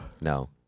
No